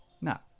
Now